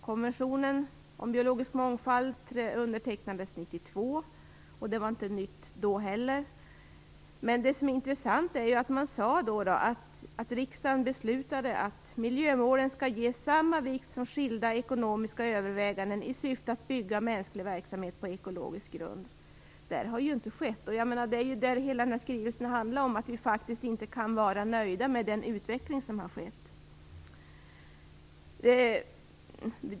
Konventionen om biologisk mångfald undertecknades 1992. Frågan var inte ny då heller. Men det som är intressant är att riksdagen då beslutade att miljömålen skulle ges samma vikt som skilda ekonomiska överväganden i syfte att bygga mänsklig verksamhet på ekologisk grund. Detta har ju inte skett. Hela skrivelsen handlar ju om att vi faktiskt inte kan vara nöjda med den utveckling som har skett.